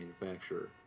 manufacturer